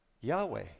Yahweh